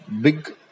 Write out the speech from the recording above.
big